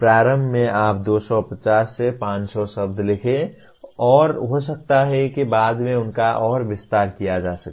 प्रारंभ में आप 250 से 500 शब्द लिखे और हो सकता है कि बाद में उनका और विस्तार किया जा सके